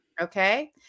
Okay